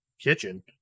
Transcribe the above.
kitchen